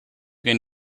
can